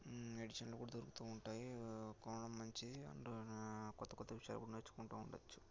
ఎడిషన్లు కూడా దొరుకుతూ ఉంటాయి కొనడం మంచిది అందులోనే కొత్త కొత్త విషయాలు కూడా నేర్చుకుంటూ ఉండవచ్చు